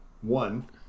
one